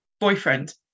boyfriend